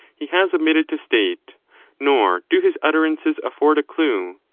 he has omitted to state nor do his utterances afford a clue.